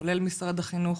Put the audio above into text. כולל משרד החינוך.